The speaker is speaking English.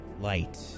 light